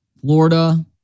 Florida